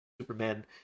Superman